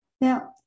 Now